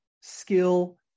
skill